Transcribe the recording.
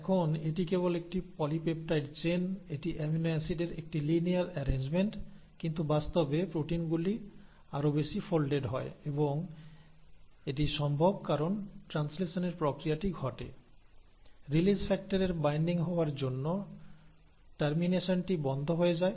এখন এটি কেবল একটি পলিপেপটাইড চেইন এটি অ্যামিনো অ্যাসিডের একটি লিনিয়ার অ্যারেঞ্জমেন্ট কিন্তু বাস্তবে প্রোটিনগুলি আরও বেশি ফোল্ডেড হয় এবং এটি সম্ভব কারণ ট্রান্সলেশনের প্রক্রিয়াটি ঘটে রিলিজ ফ্যাক্টরের বাইন্ডিং হওয়ার জন্য টারমিনেশনটি বন্ধ হয়ে যায়